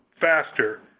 faster